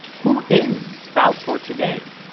who is balfour today?